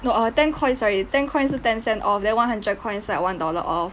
no uh ten coins sorry ten coins 是 ten cent off then one hundred coins 是 like one dollar off